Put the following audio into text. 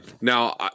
Now